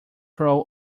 crow